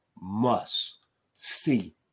must-see